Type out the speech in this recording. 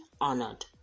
honored